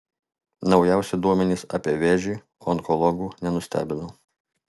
naujausi duomenys apie vėžį onkologų nenustebino